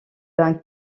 d’un